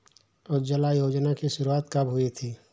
उज्ज्वला योजना की शुरुआत कब हुई थी?